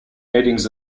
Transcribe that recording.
meetings